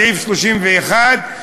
סעיף 31א,